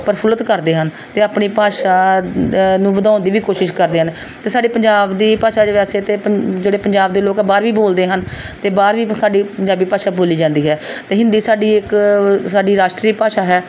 ਪ੍ਰਫੁੱਲਿਤ ਕਰਦੇ ਹਨ ਅਤੇ ਆਪਣੀ ਭਾਸ਼ਾ ਨੂੰ ਵੀ ਵਧਾਉਣ ਦੀ ਵੀ ਕੋਸ਼ਿਸ਼ ਕਰਦੇ ਹਨ ਅਤੇ ਸਾਡੇ ਪੰਜਾਬ ਦੀ ਭਾਸ਼ਾ 'ਚ ਵੈਸੇ ਤਾਂ ਪੰ ਜਿਹੜੇ ਪੰਜਾਬ ਦੇ ਲੋਕ ਹੈ ਬਾਹਰ ਵੀ ਬੋਲਦੇ ਹਨ ਅਤੇ ਬਾਹਰ ਵੀ ਸਾਡੀ ਪੰਜਾਬੀ ਭਾਸ਼ਾ ਬੋਲੀ ਜਾਂਦੀ ਹੈ ਅਤੇ ਹਿੰਦੀ ਸਾਡੀ ਇੱਕ ਸਾਡੀ ਰਾਸ਼ਟਰੀ ਭਾਸ਼ਾ ਹੈ